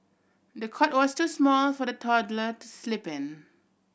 the cot was too small for the toddler to sleep in